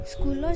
School